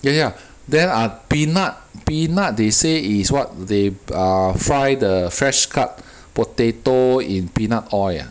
ya ya then ah peanut peanut they say is what they err fry the fresh cut potato in peanut oil